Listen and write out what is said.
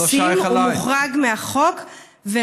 הוא מוחרג מהחוק.